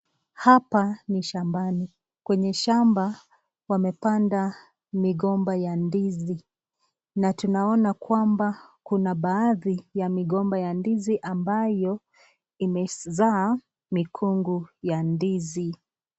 Hapa ni shambani .Kwenye shamba wamepanda migomba ya ndizi na tunaona kwamba kuna baadhi ya migomba ya ndizi ambayo imezaa mikungu ya ndizi.